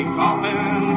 coffin